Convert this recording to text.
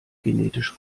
genetisch